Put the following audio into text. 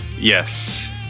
Yes